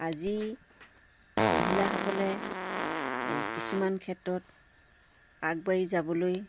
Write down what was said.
আজি মহিলাসকলে এই কিছুমান ক্ষেত্ৰত আগবাঢ়ি যাবলৈ